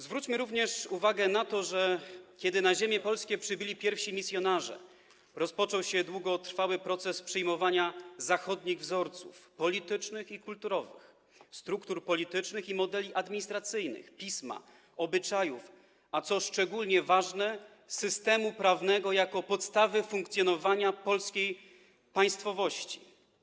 Zwróćmy również uwagę na to, że kiedy na ziemie polskie przybyli pierwsi misjonarze, rozpoczął się długotrwały proces przyjmowania zachodnich wzorców politycznych i kulturowych, struktur politycznych i modeli administracyjnych, pisma, obyczajów, a co szczególnie ważne - systemu prawnego jako podstawy funkcjonowania polskiej państwowości.